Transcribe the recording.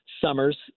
summers